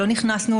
לא נכנסנו,